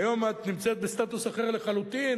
והיום את נמצאת בסטטוס אחר לחלוטין,